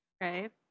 Right